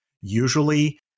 Usually